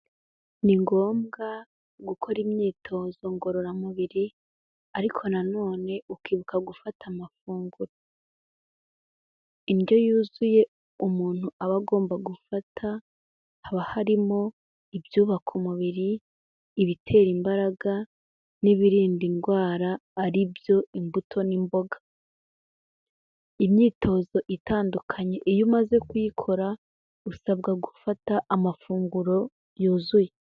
Ni ngombwa gukora imyitozo ngororamubiri ariko nanone ukibuka gufata amafunguro. Indyo yuzuye umuntu aba agomba gufata haba harimo ibyubaka umubiri, ibitera imbaraga, n'ibiririnda indwara ari byo imbuto n'imboga. Imyitozo itandukanye iyo umaze kuyikora usabwa gufata amafunguro yuzuye.